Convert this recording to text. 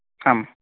हाम्